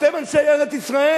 אתם אנשי ארץ-ישראל,